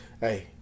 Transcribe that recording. Hey